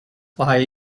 why